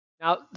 Now